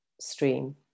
stream